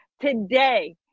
Today